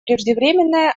преждевременное